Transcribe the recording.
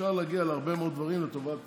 אפשר להגיע להרבה מאוד דברים לטובת